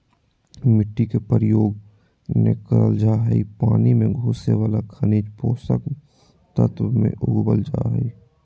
मिट्टी के प्रयोग नै करल जा हई पानी मे घुले वाला खनिज पोषक तत्व मे उगावल जा हई